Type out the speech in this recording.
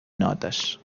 notes